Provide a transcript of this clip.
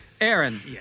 Aaron